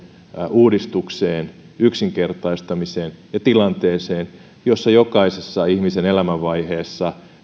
uudistukseen yksinkertaistamiseen ja tilanteeseen jossa jokaisessa ihmisen elämänvaiheessa